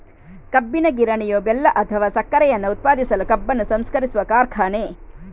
ಕಬ್ಬಿನ ಗಿರಣಿಯು ಬೆಲ್ಲ ಅಥವಾ ಸಕ್ಕರೆಯನ್ನ ಉತ್ಪಾದಿಸಲು ಕಬ್ಬನ್ನು ಸಂಸ್ಕರಿಸುವ ಕಾರ್ಖಾನೆ